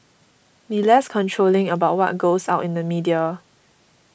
be less controlling about what goes out in the media